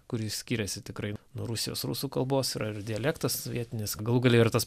kuri skiriasi tikrai nuo rusijos rusų kalbos yra ir dialektas vietinis galų gale ir tas